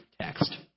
text